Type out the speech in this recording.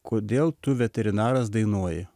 kodėl tu veterinaras dainuoji